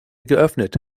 geöffnet